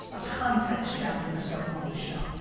a context chapter to start off the show.